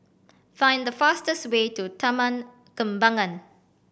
find the fastest way to Taman Kembangan